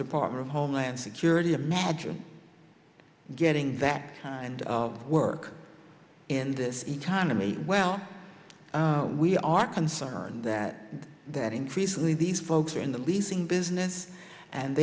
department of homeland security imagine getting that kind of work in this economy well we are concerned that that increasingly these folks are in the leasing business and